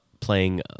playing